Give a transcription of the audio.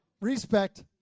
Respect